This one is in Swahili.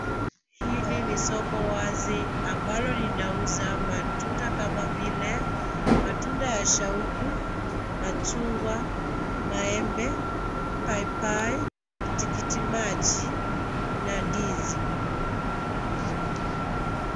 Hili ni soko wazi ambalo linauza matunda kama vile matunda ya shauku, machungwa, maembe, paipai, tikitimaji na ndizi.